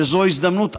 שזו הזדמנות עבורי.